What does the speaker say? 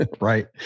Right